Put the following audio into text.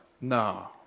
no